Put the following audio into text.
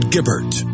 Gibbert